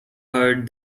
heard